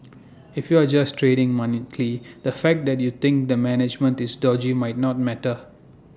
if you are just trading monthly the fact that you think the management is dodgy might not matter